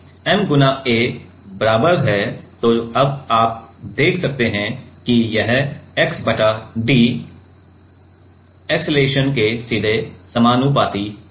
तो ma बराबर है तो अब आप देख सकते हैं कि यह x बटा d अक्सेलरेशन के सीधे समानुपाती है